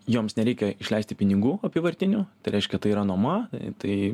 joms nereikia išleisti pinigų apyvartinių tai reiškia tai yra nuoma tai